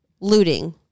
looting